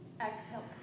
Exhale